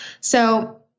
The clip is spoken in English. So-